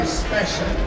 special